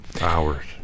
Hours